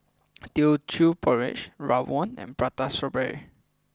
Teochew Porridge Rawon And Prata Strawberry